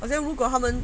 好像如果他们